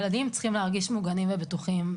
ילדים צריכים להרגיש מוגנים ובטוחים.